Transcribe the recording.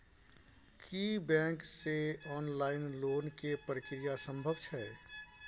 की bank से loan लोन के प्रक्रिया संभव छै?